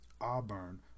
Auburn